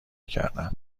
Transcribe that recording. کردن